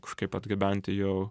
kažkaip atgabenti jo